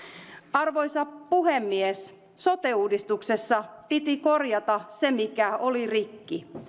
arvoisa puhemies sote uudistuksessa piti korjata se mikä oli rikki